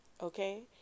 okay